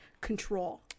control